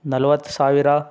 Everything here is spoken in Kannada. ನಲ್ವತ್ತು ಸಾವಿರ